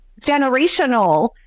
generational